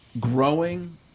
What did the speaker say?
growing